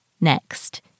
next